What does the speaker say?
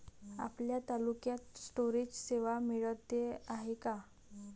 आपल्या तालुक्यात स्टोरेज सेवा मिळत हाये का?